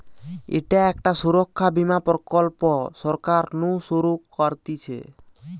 ইটা একটা সুরক্ষা বীমা প্রকল্প সরকার নু শুরু করতিছে